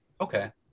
okay